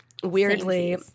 weirdly